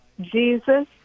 Jesus